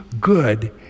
good